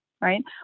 right